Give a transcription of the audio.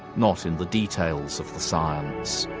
not in the details of the science'.